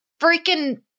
freaking